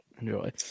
Enjoy